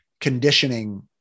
conditioning